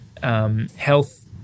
Health